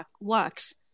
works